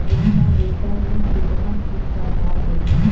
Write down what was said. Rotavator में कितना छूट सरकार देही?